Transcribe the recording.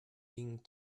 being